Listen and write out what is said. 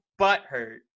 butthurt